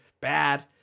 bad